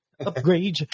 upgrade